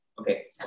Okay